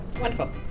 Wonderful